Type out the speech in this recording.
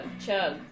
chug